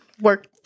work